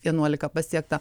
vienuolika pasiekta